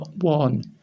one